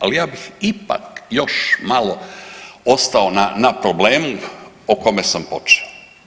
Ali ja bih ipak još malo ostao na problemu o kome sam počeo.